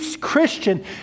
Christian